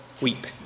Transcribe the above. weep